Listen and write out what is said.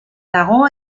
dago